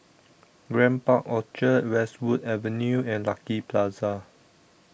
Grand Park Orchard Westwood Avenue and Lucky Plaza